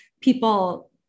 people